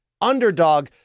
underdog